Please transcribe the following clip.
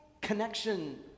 connection